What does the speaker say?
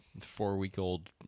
four-week-old